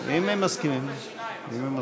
סעיפים 1 2 נתקבלו.